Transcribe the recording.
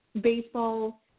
Baseball